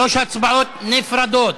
שלוש הצבעות נפרדות.